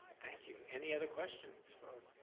thank you. any other questions for,